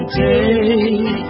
take